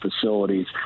facilities